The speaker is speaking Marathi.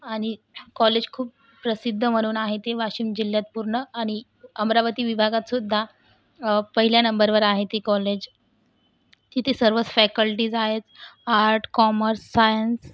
आणि कॉलेज खूप प्रसिद्ध म्हणून आहे ते वाशिम जिल्ह्यात पूर्ण आणि अमरावती विभागातसुद्धा पहिल्या नंबरवर आहे ते कॉलेज तिथे सर्वच फॅकल्टीज आहेत आर्ट कॉमर्स सायन्स